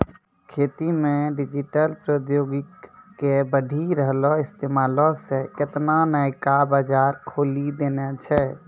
खेती मे डिजिटल प्रौद्योगिकी के बढ़ि रहलो इस्तेमालो से केतना नयका बजार खोलि देने छै